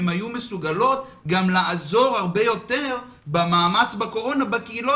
הן היו מסוגלות גם לעזור הרבה יותר במאמץ בקורונה בקהילות